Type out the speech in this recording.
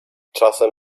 czasem